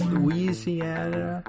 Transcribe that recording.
Louisiana